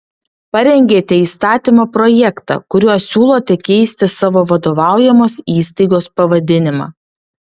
parengėte įstatymo projektą kuriuo siūlote keisti savo vadovaujamos įstaigos pavadinimą